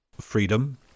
freedom